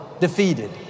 defeated